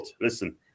listen